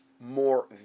more